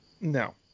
No